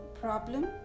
problem